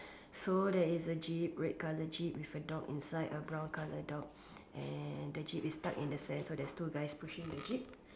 so there is a jeep red colour jeep with a dog inside a brown colour dog and the jeep is stuck in the sand so there's two guy pushing the jeep